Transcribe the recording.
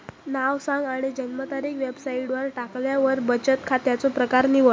नाव सांग आणि जन्मतारीख वेबसाईटवर टाकल्यार बचन खात्याचो प्रकर निवड